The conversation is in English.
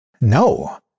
No